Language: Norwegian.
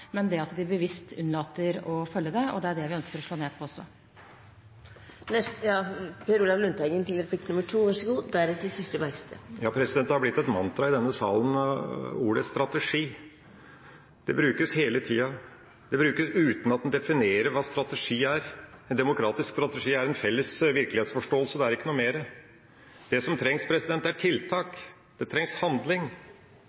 men at de bevisst unnlater å følge det, og det er det vi ønsker å slå ned på. Ordet «strategi» har blitt et mantra i denne salen. Det brukes hele tida, det brukes uten at en definerer hva strategi er. En demokratisk strategi er en felles virkelighetsforståelse, det er ikke noe mer. Det som trengs, er tiltak, det trengs handling, og jeg vil si at etter dette svaret synes jeg det blir for lite ansvar på det offentlige – som legger til rette for regelverk som er